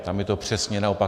Tam je to přesně naopak.